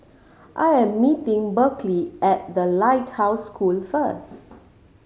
I am meeting Berkley at The Lighthouse School first